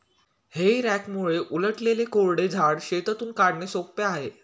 हेई रॅकमुळे उलटलेले कोरडे झाड शेतातून काढणे सोपे आहे